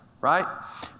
right